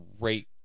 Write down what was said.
great